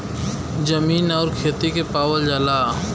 जमीन आउर खेती के पावल जाला